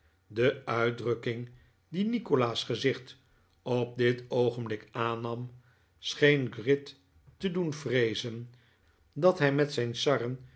de uitdrukking die nikolaas gezicht op dit oogenblik aannam scheen gride te doen vreezen dat hij met zijn